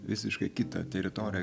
visiškai kitą teritoriją